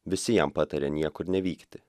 visi jam patarė niekur nevykti